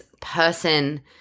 person